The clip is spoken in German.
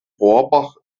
rohrbach